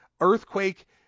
earthquake